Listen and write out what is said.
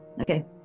okay